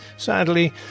Sadly